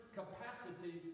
capacity